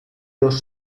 los